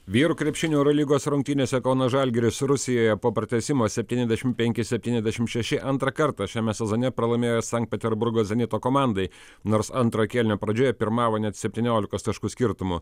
vyrų krepšinio eurolygos rungtynėse kauno žalgiris rusijoje po pratęsimo septyniasdešimt penki septyniasdešimt šeši antrą kartą šiame sezone pralaimėjo sankt peterburgo zenito komandai nors antro kėlinio pradžioje pirmavo net septyniolika taškų skirtumu